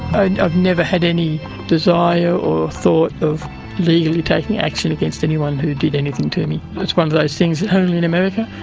and i've never had any desire or thought of legally taking action against anyone who did anything to me. it's one of those things, only in america,